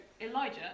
Elijah